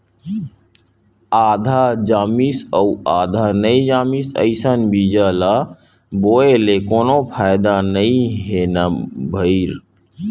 आधा जामिस अउ आधा नइ जामिस अइसन बीजा ल बोए ले कोनो फायदा नइ हे न भईर